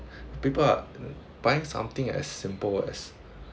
people are buying something as simple as